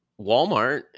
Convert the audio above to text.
Walmart